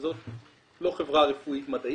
שזאת לא חברה רפואית מדעית,